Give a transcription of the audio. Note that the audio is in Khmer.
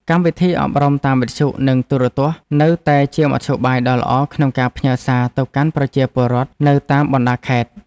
កម្មវិធីអប់រំតាមវិទ្យុនិងទូរទស្សន៍នៅតែជាមធ្យោបាយដ៏ល្អក្នុងការផ្ញើសារទៅកាន់ប្រជាពលរដ្ឋនៅតាមបណ្តាខេត្ត។